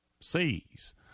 sees